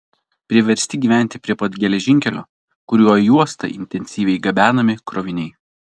priversti gyventi prie pat geležinkelio kuriuo į uostą intensyviai gabenami kroviniai